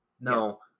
No